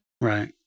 Right